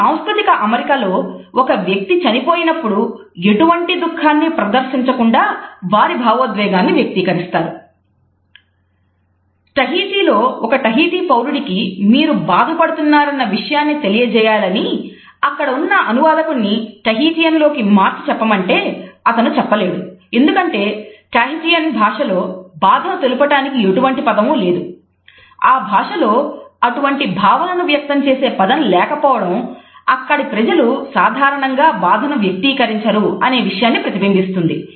ఈ సాంస్కృతిక అమరికాలో ఒక వ్యక్తి చనిపోయినప్పుడు ఎటువంటి దుఃఖాన్ని ప్రదర్శించకుండా వారి భావోద్వేగాన్ని వ్యక్తీకరిస్తారు